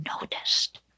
noticed